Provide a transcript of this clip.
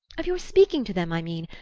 of your speaking to them, i mean.